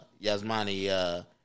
Yasmani